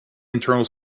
internal